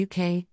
UK